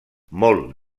molt